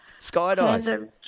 skydive